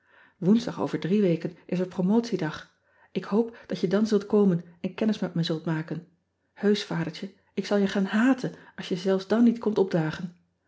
oensdag over drie weken is er promotiedag k hoop dat je dan zult komen en kennis met me zult maken eusch adertje ik zal je gaan haten als je zelfs dan niet komt opdagen